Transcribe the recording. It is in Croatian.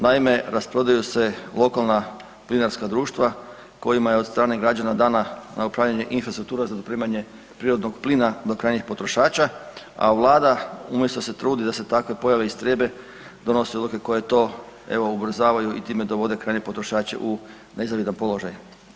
Naime, rasprodaju se lokalna plinarska društva koja je od strane građana dana na upravljanje infrastruktura za dopremanje prirodnog plina do krajnjih potrošača, a Vlada umjesto da se trudi da se takve pojave istrijebe donosi odluke koje ti evo ubrzavaju i time dovode krajnje potrošače u nezavidan položaj.